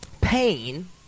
Pain